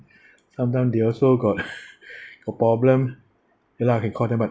sometime they also got a problem ya lah can call them but